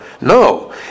No